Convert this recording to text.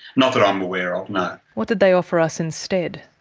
not that i'm aware of, no. what did they offer us instead?